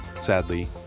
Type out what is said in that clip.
sadly